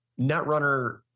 netrunner